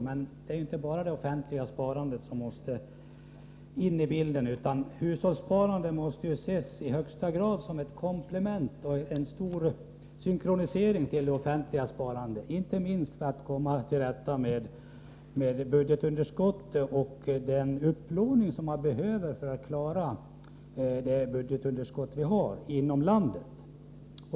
Men det är inte bara det offentliga sparandet som måste in i bilden, utan hushållssparandet måste ses i högsta grad som ett komplement till och väl synkroniserat med det offentliga sparandet, inte minst för att komma till rätta med budgetunderskottet och den upplåning som behövs för att klara detta budgetunderskott som vi har inom landet.